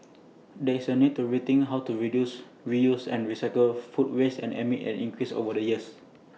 there is A need to rethink how to reduce reuse and recycle food waste amid an increase over the years